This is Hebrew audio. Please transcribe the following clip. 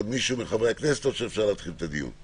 עוד מישהו מחברי הכנסת או שנתחיל את הדיון?